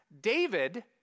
David